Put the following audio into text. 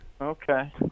Okay